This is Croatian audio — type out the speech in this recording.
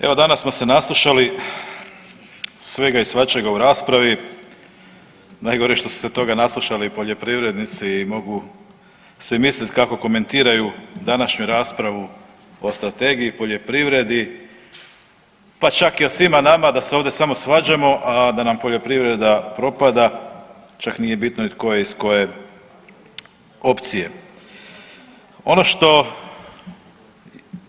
Evo danas smo se naslušali svega i svačega u raspravi, najgore što su se toga naslušali poljoprivrednici i mogu se misliti kako komentiraju današnju raspravu o Strategiji i poljoprivredi pa čak i o svima nama da se ovdje samo svađamo, a da nam poljoprivreda propada, čak nije bitno tko je iz koje opcije.